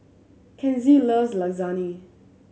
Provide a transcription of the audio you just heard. Kenzie loves Lasagne